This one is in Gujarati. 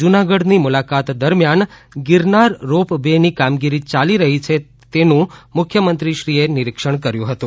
જૂનાગઢની મુલાકાત દરમિયાન ગિરનાર રોપ વે ની કામગીરી ચાલી રહી છે એનું મુખ્યમંત્રીશ્રીએ નિરીક્ષણ કર્યું હતું